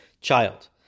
child